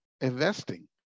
investing